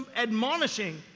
admonishing